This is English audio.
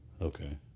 Okay